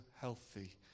healthy